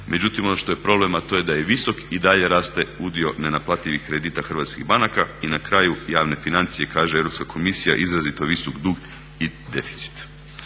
Međutim, ono što je problem a to je da je visok i dalje raste udio nenaplativih kredita hrvatskih banaka i na kraju javne financije kaže Europska komisija izrazito visok dug i deficit.